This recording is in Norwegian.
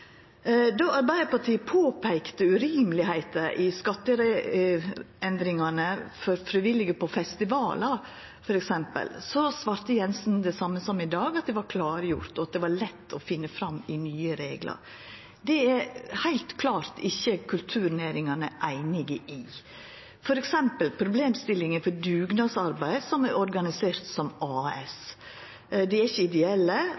Då Arbeidarpartiet påpeikte det urimelege i skatteendringane for frivillige på festivalar, f.eks., svarte Jensen det same som i dag, at det var klargjort, og at det var lett å finna fram i nye reglar. Det er heilt klart ikkje kulturnæringane einige i. For eksempel problemstillinga for dugnadsarbeid som er organisert som AS: Dei er ikkje